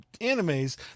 animes